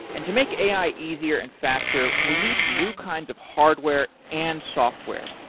and to make ai easier and faster, we need new kinds of hardware and software,